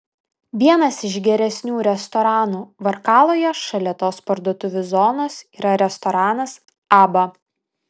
vienas iš geresnių restoranų varkaloje šalia tos parduotuvių zonos yra restoranas abba